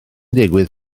digwydd